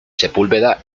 sepúlveda